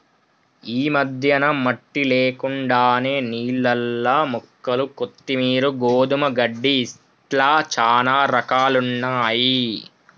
ఈ మధ్యన మట్టి లేకుండానే నీళ్లల్ల మొక్కలు కొత్తిమీరు, గోధుమ గడ్డి ఇట్లా చానా రకాలున్నయ్యి